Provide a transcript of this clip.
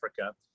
Africa